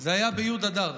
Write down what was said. זה היה בי' באדר